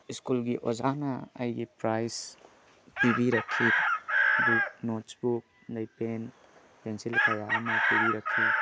ꯏꯁꯀꯨꯜꯒꯤ ꯑꯣꯖꯥꯅ ꯑꯩꯒꯤ ꯄ꯭ꯔꯥꯏꯖ ꯄꯤꯕꯤꯔꯛꯈꯤ ꯕꯨꯛ ꯅꯣꯠꯁ ꯕꯨꯛ ꯑꯗꯩ ꯄꯦꯟ ꯄꯦꯟꯁꯤꯜ ꯀꯌꯥ ꯑꯃ ꯄꯤꯕꯤꯔꯛꯈꯤ